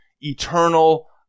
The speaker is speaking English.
eternal